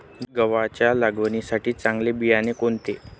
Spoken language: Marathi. गव्हाच्या लावणीसाठी चांगले बियाणे कोणते?